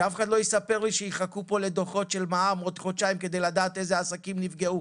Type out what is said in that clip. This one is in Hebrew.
שאף אחד לא יספר שיחכו לדוחות של מע"מ כדי לדעת מי העסק שנפגע.